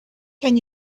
can